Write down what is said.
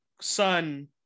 son